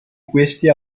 questi